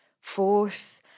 Fourth